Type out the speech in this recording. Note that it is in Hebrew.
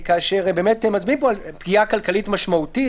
-- כאשר מצביעים פה על פגיעה כלכלית משמעותית,